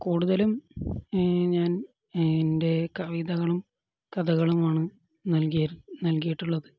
കൂടുതലും ഞാൻ എൻ്റെ കവിതകളും കഥകളുമാണു നൽകി നൽകിയിട്ടുള്ളത്